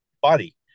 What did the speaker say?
body